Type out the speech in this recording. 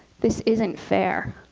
this isn't fair.